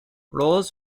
rolls